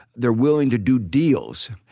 they're willing to do deals.